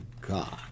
God